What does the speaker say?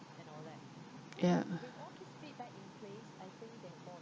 ya